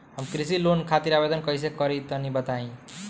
हम कृषि लोन खातिर आवेदन कइसे करि तनि बताई?